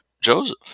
Joseph